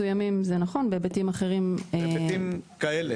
בהיבטים כאלה,